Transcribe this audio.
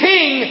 King